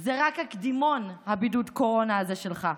זה רק הקדימון, בידוד הקורונה הזה שלך.